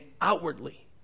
outwardly